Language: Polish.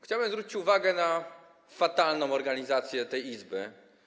Chciałem zwrócić uwagę na fatalną organizację tej Izby.